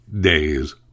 days